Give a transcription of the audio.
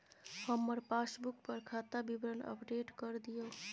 हमर पासबुक पर खाता विवरण अपडेट कर दियो